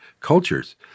cultures